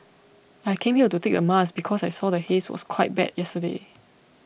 I came here to take the mask because I saw the haze was quite bad yesterday